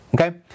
Okay